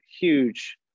huge